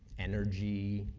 energy,